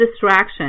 distraction